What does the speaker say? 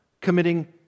committing